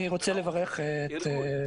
אני רוצה לברך אותך,